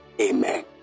amen